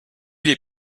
les